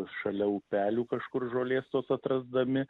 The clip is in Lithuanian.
šalia upelių kažkur žolės tos atrasdami